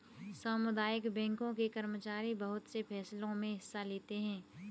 सामुदायिक बैंकों के कर्मचारी बहुत से फैंसलों मे हिस्सा लेते हैं